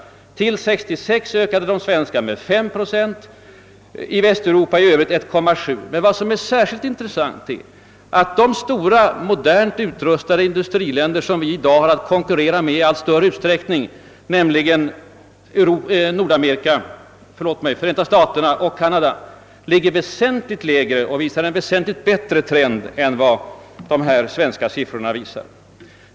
Från 1965 till 1966 var ökningen i Sverige 5 procent, i Västeuropa i övrigt 1,7 procent. Men särskilt intressant är att de stora, modernt utrustade industriländer som vi i dag har att konkurrera med i allt större utsträckning, nämligen Förenta staterna och Kanada, ligger väsentligt lägre och visar en betydligt bättre trend än den som siffrorna anger för Sveriges del.